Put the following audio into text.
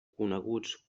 coneguts